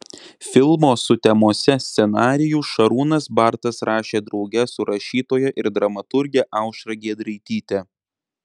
filmo sutemose scenarijų šarūnas bartas rašė drauge su rašytoja ir dramaturge aušra giedraityte